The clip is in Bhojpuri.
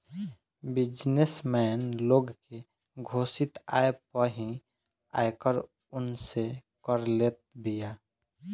बिजनेस मैन लोग के घोषित आय पअ ही आयकर उनसे कर लेत बिया